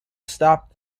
stop